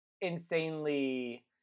insanely